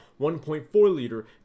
1.4-liter